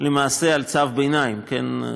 למעשה על צו ביניים, כן?